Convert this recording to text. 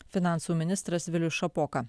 finansų ministras vilius šapoka